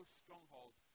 stronghold